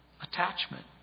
attachment